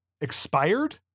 expired